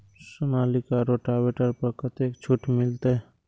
Sonalika rotavator पर कतेक छूट मिलते?